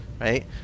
right